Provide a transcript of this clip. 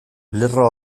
lerro